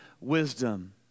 wisdom